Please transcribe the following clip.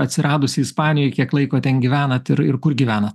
atsiradusi ispanijoj kiek laiko ten gyvenat ir ir kur gyvenat